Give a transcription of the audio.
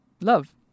love